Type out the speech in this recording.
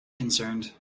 concerned